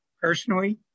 Personally